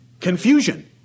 Confusion